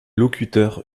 locuteurs